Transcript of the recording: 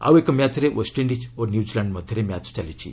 ଆଉ ଏକ ମ୍ୟାଚ୍ରେ ଓ୍ୱେଷ୍ଟଇଣ୍ଡିଜ୍ ଓ ନ୍ୟୁଜିଲାଣ୍ଡ ମଧ୍ୟରେ ମ୍ୟାଚ୍ ଚାଲିଛି